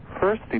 first